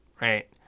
Right